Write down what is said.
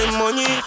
money